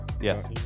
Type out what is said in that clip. Yes